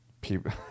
people